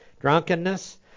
drunkenness